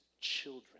children